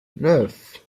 neuf